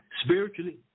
Spiritually